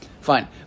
Fine